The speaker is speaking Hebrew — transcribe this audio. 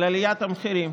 על עליית המחירים.